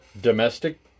domestic